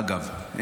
אגב.